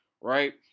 right